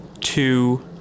two